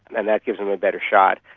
and that gives them a better shot.